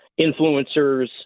influencers